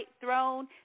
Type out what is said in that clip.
throne